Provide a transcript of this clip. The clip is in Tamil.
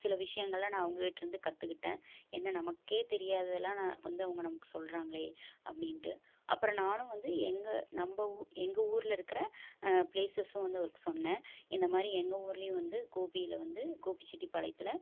சில விஷயங்களை நா அவங்ககிட்டருந்து கற்றுக்கிட்டேன் என்ன நமக்கே தெரியாததுலாம் நான் வந்து அவங்க நமக்கு சொல்றாங்களே அப்படின்ட்டு அப்புறம் நானும் வந்து எங்கள் நம்ப ஊரில் எங்கள் ஊரில் இருக்கிற பிளேசஸும் வந்து அவருக்கு சொன்னேன் இந்தமாதிரி எங்கள் ஊர்லையும் வந்து கோபியில் வந்து கோபிச்செட்டிப்பாளையத்தில்